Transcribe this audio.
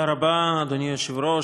אדוני היושב-ראש,